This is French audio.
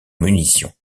munitions